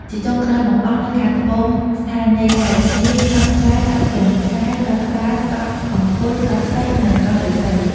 ជាចុងក្រោយបង្អស់ នៅខាងត្បូងស្ថានីយកែប មានកោះស្វាយ កោះទន្សាយ កោះត្បាល់ កោះអង្គញ់ កោះសេះ និងកោះឫស្សី ។